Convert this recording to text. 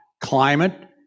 climate